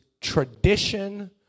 tradition